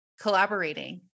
collaborating